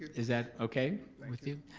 is that okay with you?